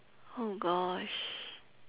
oh gosh